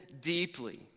deeply